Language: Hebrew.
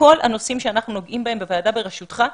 וכל הנושאים שאנחנו נוגעים בהם בוועדה בראשותך,